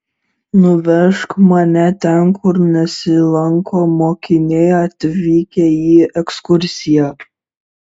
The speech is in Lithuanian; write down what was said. nuvežk mane ten kur nesilanko mokiniai atvykę į ekskursiją